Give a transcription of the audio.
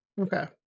Okay